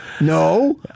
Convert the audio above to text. No